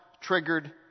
triggered